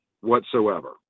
whatsoever